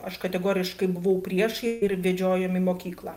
aš kategoriškai buvau prieš ir vedžiojom į mokyklą